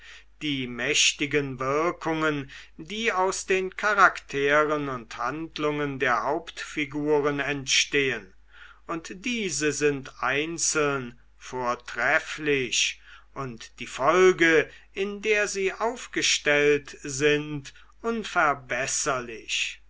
die mächtigen wirkungen die aus den charakteren und handlungen der hauptfiguren entstehen und diese sind einzeln vortrefflich und die folge in der sie aufgestellt sind unverbesserlich